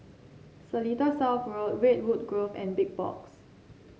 Seletar South Road Redwood Grove and Big Box